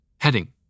Heading